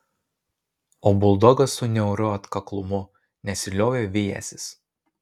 o buldogas su niauriu atkaklumu nesiliovė vijęsis